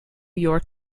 york